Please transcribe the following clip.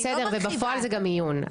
בסדר ובפועל זה גם מיון,